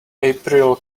april